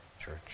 church